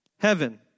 Heaven